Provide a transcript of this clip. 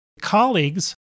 colleagues